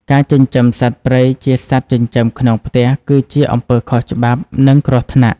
ការចិញ្ចឹមសត្វព្រៃជាសត្វចិញ្ចឹមក្នុងផ្ទះគឺជាអំពើខុសច្បាប់ និងគ្រោះថ្នាក់។